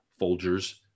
Folgers